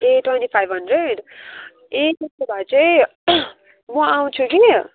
ए twenty five hundred ए त्यसो भए चाहिँ म आउँछु कि